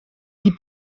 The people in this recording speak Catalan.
qui